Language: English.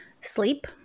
Sleep